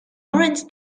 orange